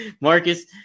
Marcus